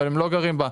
אבל הם לא גרים בה.